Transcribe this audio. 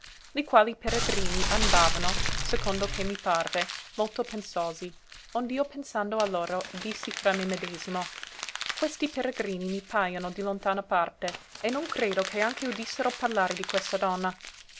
i quali peregrini andavano secondo che mi parve molto pensosi ond'io pensando a loro dissi fra me medesimo questi peregrini mi paiono di lontana parte e non credo che anche udissero parlare di questa donna